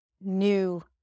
new